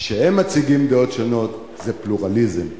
כשהם מציגים דעות שונות זה פלורליזם.